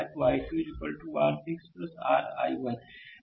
तो I2 r 6 r I1